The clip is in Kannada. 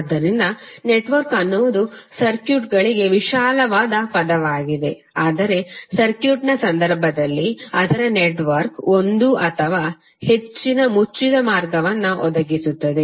ಆದ್ದರಿಂದ ನೆಟ್ವರ್ಕ್ ಎನ್ನುವುದು ಸರ್ಕ್ಯೂಟ್ಗಳಿಗೆ ವಿಶಾಲವಾದ ಪದವಾಗಿದೆ ಆದರೆ ಸರ್ಕ್ಯೂಟ್ನ ಸಂದರ್ಭದಲ್ಲಿ ಅದರ ನೆಟ್ವರ್ಕ್ ಒಂದು ಅಥವಾ ಹೆಚ್ಚಿನ ಮುಚ್ಚಿದ ಮಾರ್ಗವನ್ನು ಒದಗಿಸುತ್ತದೆ